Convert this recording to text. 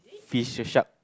fish shark